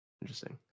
interesting